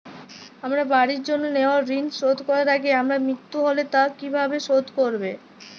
আমার বাড়ির জন্য নেওয়া ঋণ শোধ করার আগে আমার মৃত্যু হলে তা কে কিভাবে শোধ করবে?